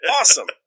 Awesome